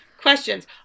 questions